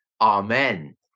Amen